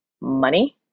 money